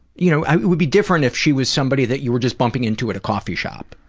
you know would be different if she was somebody that you were just bumping into at a coffee shop.